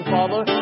Father